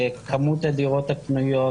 כמות הדירות הפנויות,